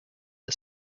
are